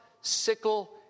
sickle